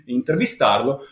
intervistarlo